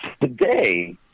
today